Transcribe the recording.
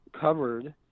covered